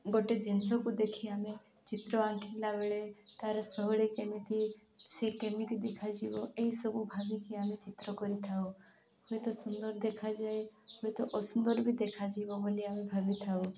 ଗୋଟେ ଜିନିଷକୁ ଦେଖି ଆମେ ଚିତ୍ର ଆଙ୍କିଲା ବେଳେ ତା'ର ଶୈଳୀ କେମିତି ସିଏ କେମିତି ଦେଖାଯିବ ଏହିସବୁ ଭାବିକି ଆମେ ଚିତ୍ର କରିଥାଉ ହୁଏ ତ ସୁନ୍ଦର ଦେଖାଯାଏ ହୁଏ ତ ଅସୁନ୍ଦର ବି ଦେଖାଯିବ ବୋଲି ଆମେ ଭାବିଥାଉ